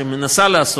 שמנסה לעשות,